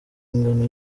ingano